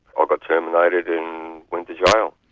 ah got terminated and went to jail.